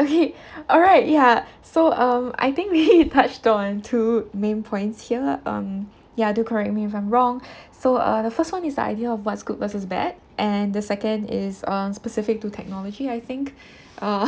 okay alright ya so um I think we touched on two main points here um ya do correct me if I'm wrong so uh the first one is the idea of what's good versus bad and the second is um specific to technology I think uh